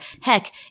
Heck